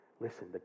Listen